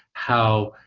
how